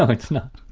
um it's not.